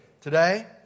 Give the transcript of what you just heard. Today